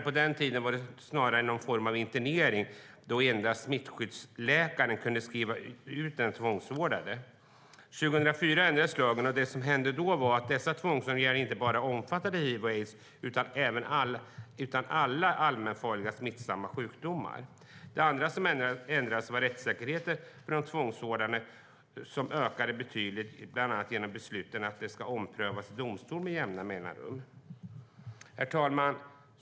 På den tiden var det snarare fråga om en internering eftersom endast smittskyddsläkaren kunde skriva ut den tvångsvårdade. År 2004 ändrades lagen. Det som hände då var att dessa tvångsåtgärder omfattade inte bara hiv/aids utan alla allmänfarliga smittsamma sjukdomar. Det andra som ändrades var rättssäkerheten för de tvångsvårdade, som ökade betydligt bland annat tack vare att besluten ska omprövas av domstol med jämna mellanrum. Herr talman!